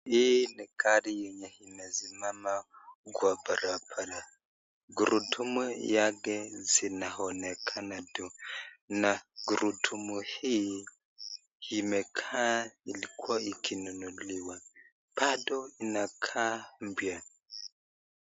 Hii ni gari yenye imesimama kwa barabara, kurudumu yake zinaonekana tu na kurudumu hii imekaa ilikuwa ikinunukiwa pado inakaa mpya.